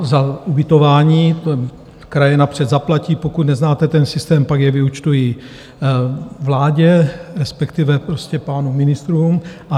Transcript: Za ubytování kraje napřed zaplatí pokud neznáte ten systém, pak je vyúčtují vládě, respektive prostě pánům ministrům.